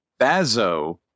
Bazo